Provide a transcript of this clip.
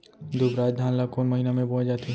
दुबराज धान ला कोन महीना में बोये जाथे?